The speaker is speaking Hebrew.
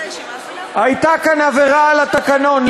הייתה כאן עבירה על התקנון,